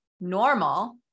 normal